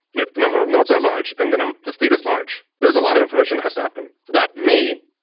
if the number of nodes are large and and um the state is large, there's a lot of information that has to happen. that may,